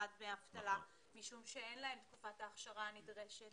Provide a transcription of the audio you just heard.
לקבלת דמי אבטלה משום שאין להם את תקופת האכשרה הנדרשת.